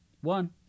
one